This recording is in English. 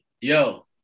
Yo